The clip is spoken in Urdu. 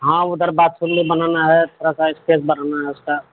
ہاں ادھر باتھ روم میں بنانا ہے تھوڑا سا اسپیس بڑھانا ہے اس کا